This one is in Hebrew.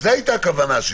זו היתה כוונתי.